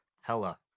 Hella